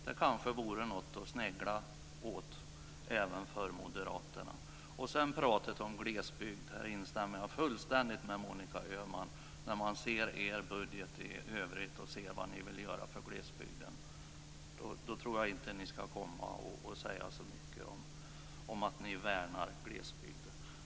Det kanske vore något att snegla på även för moderaterna. När det gäller pratet om glesbygd håller jag fullständigt med Monica Öhman. När man ser er budget i övrigt och ser vad ni vill göra för glesbygden tror jag inte att ni ska komma och säga så mycket om att ni värnar glesbygden.